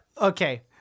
Okay